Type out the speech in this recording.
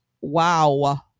Wow